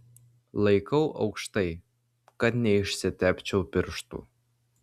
laikau aukštai kad neišsitepčiau pirštų